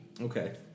Okay